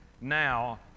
now